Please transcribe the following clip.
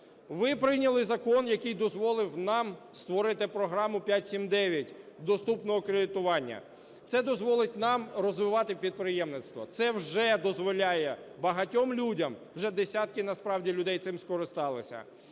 Ви прийняли закон, який дозволив нам створити програму "5-7-9" - доступного кредитування. Це дозволить нам розвивати підприємництво, це вже дозволяє багатьом людям, вже десятки насправді людей цим скористалися,